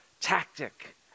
tactic